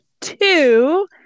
two